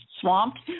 swamped